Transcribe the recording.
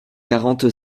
quarante